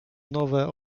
nowe